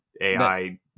AI